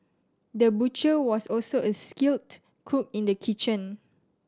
the butcher was also a skilled cook in the kitchen